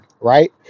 right